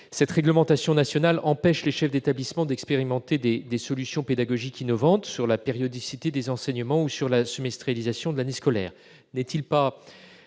Cette réglementation nationale empêche les chefs d'établissement d'expérimenter des solutions pédagogiques innovantes sur la périodicité des enseignements ou sur la semestrialisation de l'année scolaire. Le temps